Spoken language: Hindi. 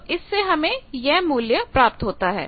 तो इससे हमें यह मूल्य प्राप्त होता है